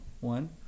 One